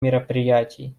мероприятий